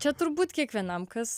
čia turbūt kiekvienam kas